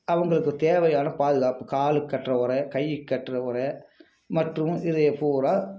அவங்களுக்கு தேவையான பாதுகாப்பு காலுக்கு கட்டுற ஒறை கைக்கு கட்டுற ஒறை மற்றும் இதை பூரா